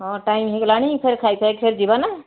ହଁ ଟାଇମ୍ ହେଇଗଲାଣି ଫେର୍ ଖାଇସାରି ଯିବାନା